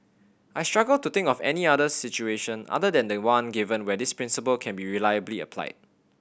I struggle to think of any other situation other than the one given where this principle can be reliably applied